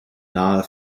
nahe